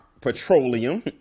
petroleum